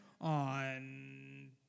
on